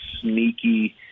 sneaky